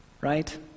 right